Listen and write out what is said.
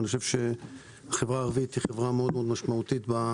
אני חושב שהחברה הערבית היא חברה משמעותית מאוד